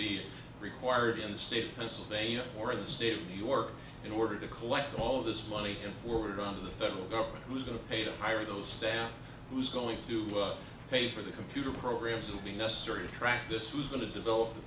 be required in the state of pennsylvania or in the state of new york in order to collect all this money and forward it onto the federal government who's going to pay to hire those staff who's going to pay for the computer programs that will be necessary to track this who's going to develop the